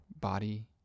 body